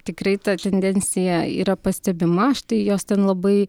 tikrai ta tendencija yra pastebima štai jos ten labai